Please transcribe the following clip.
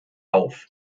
auf